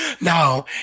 No